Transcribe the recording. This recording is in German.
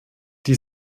die